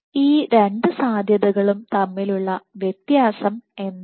ഈ രണ്ട് സാധ്യതകളും തമ്മിലുള്ള വ്യത്യാസം എന്താണ്